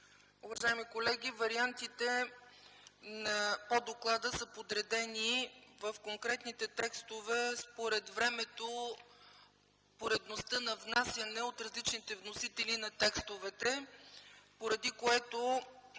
Уважаеми колеги, вариантите по доклада са подредени в конкретните текстове според времето – поредността на внасяне от различните вносители на текстовете, поради което